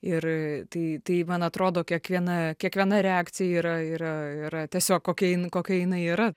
ir tai tai man atrodo kiekviena kiekviena reakcija yra yra yra tiesiog kokia jin kokia jinai yra